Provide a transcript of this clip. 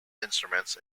instruments